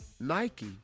Nike